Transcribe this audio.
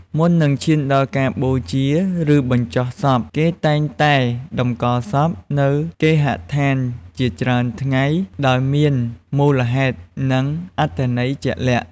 មុននឹងឈានដល់ការបូជា ឬបញ្ចុះសព គេតែងតែតម្កល់សពនៅគេហដ្ឋានជាច្រើនថ្ងៃ ដោយមានមូលហេតុ និងអត្ថន័យជាក់លាក់។